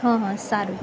હ હ સારું